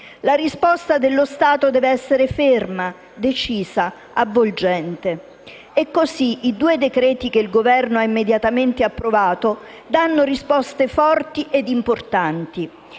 la risposta dello Stato deve essere ferma, decisa e avvolgente. Così, i due decreti-legge che il Governo ha immediatamente approvato danno risposte forti e importanti.